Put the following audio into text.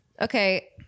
Okay